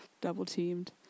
double-teamed